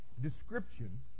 description